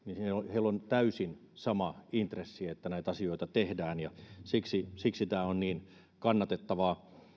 on täysin sama intressi että näitä asioita tehdään ja siksi siksi tämä on niin kannatettavaa tämä